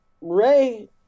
Ray